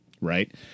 right